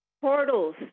Portals